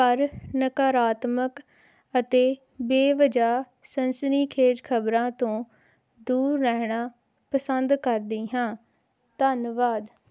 ਪਰ ਨਕਰਾਤਮਕ ਅਤੇ ਬੇਵਜਾਹ ਸਨਸਨੀਖੇਜ਼ ਖ਼ਬਰਾਂ ਤੋਂ ਦੂਰ ਰਹਿਣਾ ਪਸੰਦ ਕਰਦੀ ਹਾਂ ਧੰਨਵਾਦ